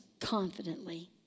confidently